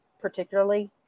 particularly